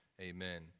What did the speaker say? amen